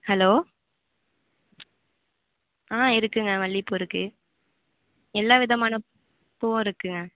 hello ஆ இருக்குங்க மல்லி பூ இருக்கு எல்லா விதமான பூவும் இருக்குங்க